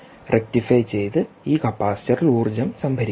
rectify ചെയ്തു ഈ കപ്പാസിറ്ററിൽ ഊർജ്ജം സംഭരിക്കും